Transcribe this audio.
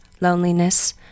loneliness